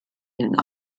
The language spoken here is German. den